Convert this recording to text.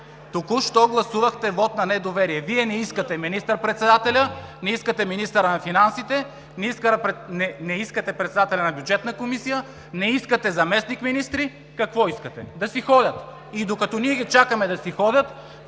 Току-що гласувахте вот на недоверие! Вие не искате министър-председателя, не искате министъра на финансите, не искате председателя на Бюджетната комисия, не искате заместник-министри. Какво искате? Да си ходят! И докато ние ги чакаме да си ходят,